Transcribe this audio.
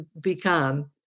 become